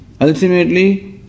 ultimately